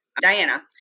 diana